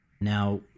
Now